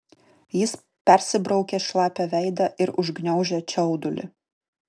jis persibraukė šlapią veidą ir užgniaužė čiaudulį